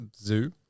Zoo